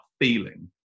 feeling